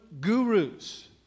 gurus